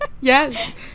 Yes